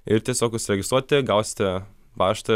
ir tiesiog užsiregistruoti gausite paštą